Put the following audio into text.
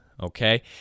okay